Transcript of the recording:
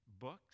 books